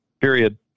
Period